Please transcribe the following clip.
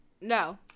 No